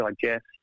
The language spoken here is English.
digest